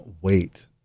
wait